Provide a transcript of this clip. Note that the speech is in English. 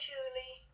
Julie